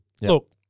Look